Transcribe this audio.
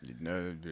No